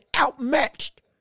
outmatched